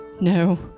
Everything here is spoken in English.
No